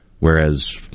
Whereas